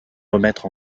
remettre